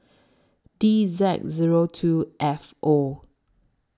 D Z Zero two F O